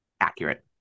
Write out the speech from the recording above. accurate